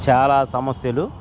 చాలా సమస్యలు